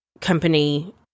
company